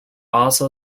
also